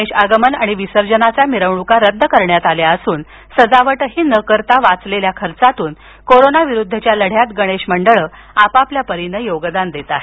गणेश आगमन आणि विसर्जनाच्या मिरवणुका रद्द करण्यात आल्या असून सजावटही न करता वाचलेल्या खर्चातून कोरोना विरुद्धच्या लढ्यात गणेश मंडळही आपापल्या परीनं योगदान देत आहेत